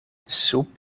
sub